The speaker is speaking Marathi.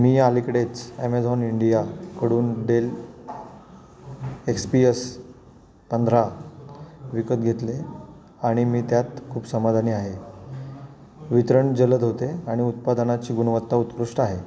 मी अलीकडेच ॲमेझॉन इंडिया कडून डेल एक्स पी यस पंधरा विकत घेतले आणि मी त्यात खूप समाधानी आहे वितरण जलद होते आणि उत्पादनाची गुणवत्ता उत्कृष्ट आहे